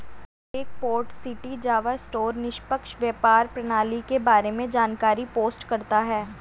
प्रत्येक port city Java store निष्पक्ष व्यापार प्रणाली के बारे में जानकारी पोस्ट करता है